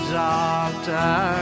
doctor